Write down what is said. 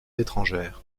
étrangères